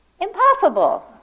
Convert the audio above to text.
Impossible